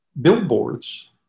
billboards